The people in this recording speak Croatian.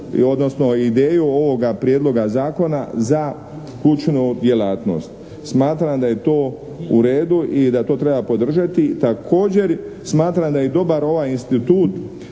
odnosno ideju ovoga prijedloga zakona za učenu djelatnost. Smatram da je to u redu i da to treba podržati. Također smatram da je dobar ovaj institut